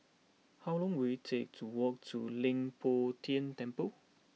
how long will it take to walk to Leng Poh Tian Temple